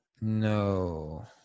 no